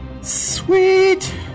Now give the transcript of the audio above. Sweet